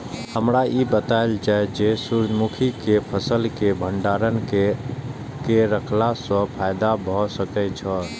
हमरा ई बतायल जाए जे सूर्य मुखी केय फसल केय भंडारण केय के रखला सं फायदा भ सकेय छल?